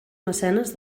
mecenes